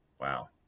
Wow